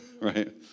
Right